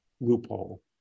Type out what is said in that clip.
loophole